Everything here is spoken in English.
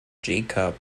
jacob